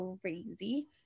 crazy